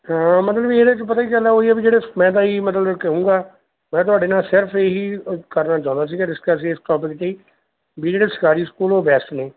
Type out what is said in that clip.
ਹਾਂ ਮਤਲਬ ਵੀ ਇਹਦੇ 'ਚ ਪਤਾ ਕੀ ਗੱਲ ਹੈ ਉਹੀ ਹੈ ਵੀ ਜਿਹੜੇ ਮੈਂ ਤਾਂ ਇਹੀ ਮਤਲਬ ਕਹੂੰਗਾ ਮੈਂ ਤੁਹਾਡੇ ਨਾਲ ਸਿਰਫ ਇਹੀ ਅ ਕਰਨਾ ਚਾਹੁੰਦਾ ਸੀਗਾ ਡਿਸਕਸ ਇਸ ਟੋਪਿਕ 'ਤੇ ਹੀ ਵੀ ਜਿਹੜੇ ਸਰਕਾਰੀ ਸਕੂਲ ਉਹ ਬੈਸਟ ਨੇ